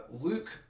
Luke